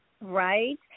Right